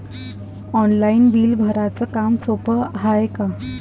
Online bill भराच काम सोपं हाय का?